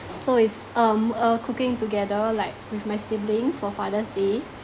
so is um uh cooking together like with my siblings for father's day